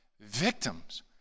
victims